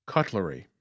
Cutlery